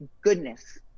goodness